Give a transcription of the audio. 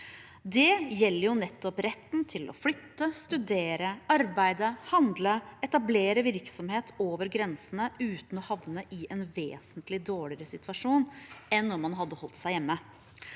Det gjelder nettopp retten til å flytte, studere, arbeide, handle og etablere virksomhet over grensene uten å havne i en vesentlig dårligere situasjon enn om man hadde holdt seg hjemme.